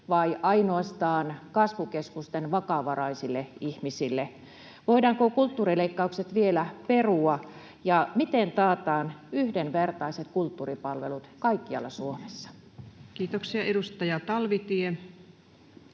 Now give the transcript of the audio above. vai ainoastaan kasvukeskusten vakavaraisille ihmisille? Voidaanko kulttuurileikkaukset vielä perua, ja miten taataan yhdenvertaiset kulttuuripalvelut kaikkialla Suomessa? [Speech 423]